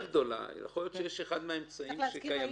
יכול להיות שאחד מהאמצעים שקיימים מביא לפגיעה יותר גדולה.